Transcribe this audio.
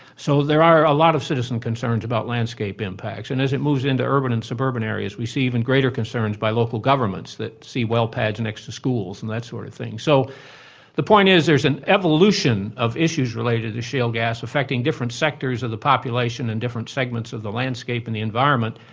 so there are a lot of citizen concerns about landscape impacts. and as it moves into urban and suburban areas, we see even greater concerns by local governments that see well pads next to schools and that sort of thing. so the point is there is an evolution of issues related to shale gas affecting different sectors of the population and different segments of the landscape and the environment,